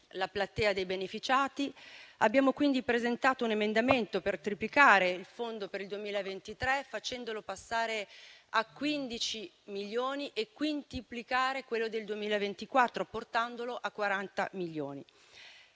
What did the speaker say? la platea dei beneficiati. Abbiamo quindi presentato un emendamento per triplicare il fondo per il 2023, facendolo passare a 15 milioni, e quintuplicare quello del 2024, portandolo a 40 milioni.